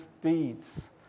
deeds